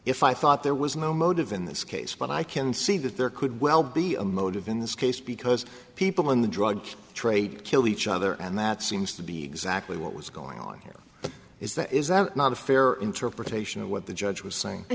if i thought there was no motive in this case but i can see that there could well be a motive in this case because people in the drug trade kill each other and that seems to be exactly what was going on here is that is that not a fair interpretation of what the judge was saying i